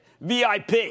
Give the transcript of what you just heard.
VIP